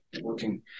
working